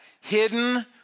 Hidden